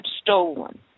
stolen